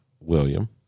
William